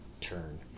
turn